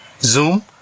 Zoom